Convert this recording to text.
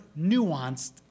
nuanced